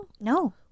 No